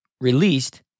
released